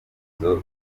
izo